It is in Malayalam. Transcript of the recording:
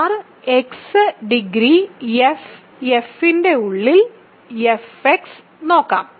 R X degree f f ന്റെ ഉള്ളിൽ f X നോക്കാം